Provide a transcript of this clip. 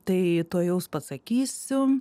tai tuojaus pasakysiu